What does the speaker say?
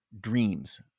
dreams